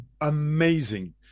Amazing